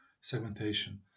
segmentation